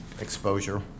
exposure